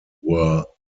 were